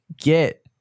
Get